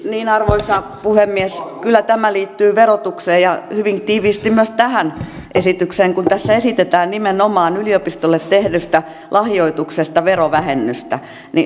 niin arvoisa puhemies kyllä tämä liittyy verotukseen ja hyvin tiiviisti myös tähän esitykseen kun tässä esitetään nimenomaan yliopistolle tehdystä lahjoituksesta verovähennystä